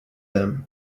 them